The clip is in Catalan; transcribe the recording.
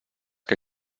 que